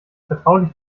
vertraulich